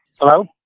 Hello